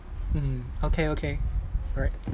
mm okay okay alright